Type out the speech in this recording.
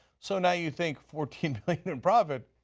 so now you think, fourteen billion and profit,